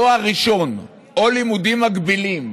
תואר ראשון או לימודים מקבילים